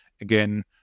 again